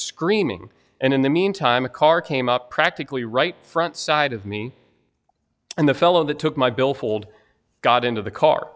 screaming and in the meantime a car came up practically right front side of me and the fellow that took my billfold got into the car